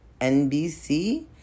NBC